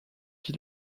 qui